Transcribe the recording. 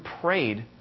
prayed